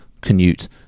Canute